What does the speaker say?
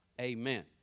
amen